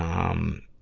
um,